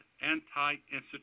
anti-institutional